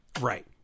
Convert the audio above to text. right